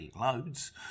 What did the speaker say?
loads